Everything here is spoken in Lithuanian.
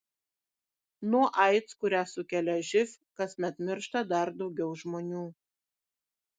nuo aids kurią sukelia živ kasmet miršta dar daugiau žmonių